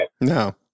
No